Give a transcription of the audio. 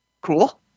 Cool